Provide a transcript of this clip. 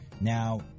Now